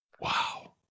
wow